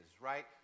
right